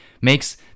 makes